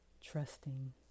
trusting